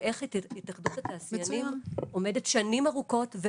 ואיך התאחדות התעשיינים עומדת שנים ארוכות,